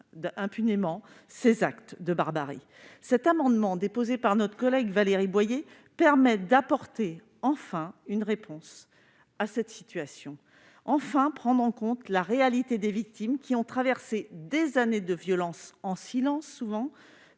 impunément ces actes de barbarie. Cet amendement, déposé par notre collègue Valérie Boyer, permet d'apporter enfin une réponse à cette situation en prenant en compte la réalité des victimes qui ont traversé, en silence souvent,